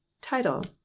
Title